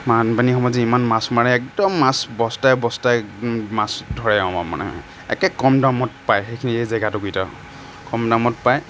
বানপানীৰ সময়ত যে ইমান মাছ মাৰে একদম মাছ বস্তাই বস্তাই মাছ ধৰে মানে একেই কম দামত পায় সেইখিনিৰ সেই জেগাটোৰ ভিতৰত কম দামত পায়